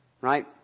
right